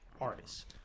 artists